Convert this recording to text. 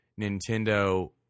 Nintendo